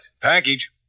Package